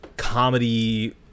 Comedy